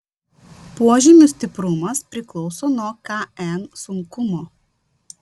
požymių stiprumas priklauso nuo kn sunkumo